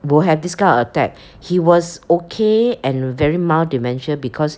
will have this kind of attack he was okay and very mild dementia because